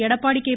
Edappadi K